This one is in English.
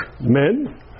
men